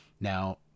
now